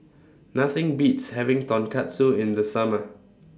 Nothing Beats having Tonkatsu in The Summer